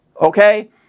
Okay